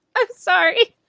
i'm sorry!